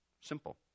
Simple